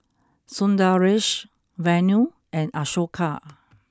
Sundaresh Vanu and Ashoka